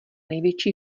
největší